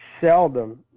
seldom